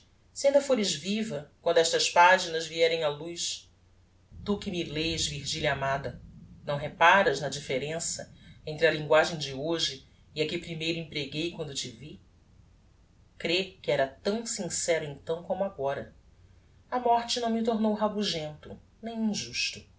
se ainda fores viva quando estas paginas vierem á luz tu que me lês virgilia amada não reparas na differença entre a linguagem de hoje e a que primeiro empreguei quando te vi crê que era tão sincero então como agora a morte não me tornou rabujento nem injusto